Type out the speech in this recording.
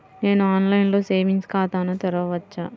నేను ఆన్లైన్లో సేవింగ్స్ ఖాతాను తెరవవచ్చా?